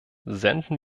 senden